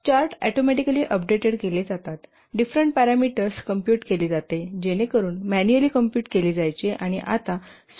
chart automatically updated केले जातात different parameters compute केली जाते जेणेकरून मॅन्युअली कॉम्पुट केली जायचे आणि आता स्विचच्या प्रेसवर केले जाऊ शकते